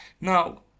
Now